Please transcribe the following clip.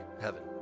heaven